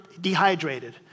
dehydrated